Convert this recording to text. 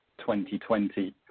2020